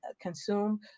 consume